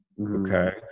okay